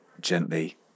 gently